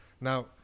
Now